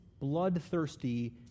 bloodthirsty